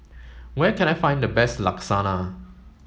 where can I find the best Lasagna